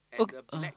oh ah